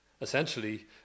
essentially